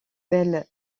belle